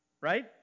Right